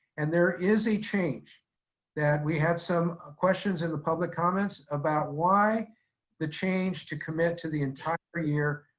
and there is a change that we had some questions in the public comments about why the change to commit to the entire year,